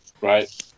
Right